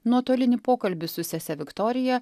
nuotolinį pokalbį su sese viktorija